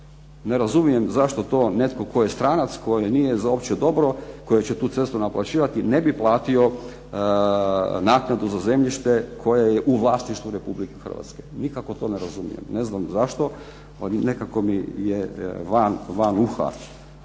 ne razumijem zašto to netko koji je stranac, koji nije za opće dobro, koji će tu cestu naplaćivati ne bi platio naknadu za zemljište koje je u vlasništvu Republike Hrvatske, nikako to ne razumijem. Ne znam zašto, nekako mi je van uha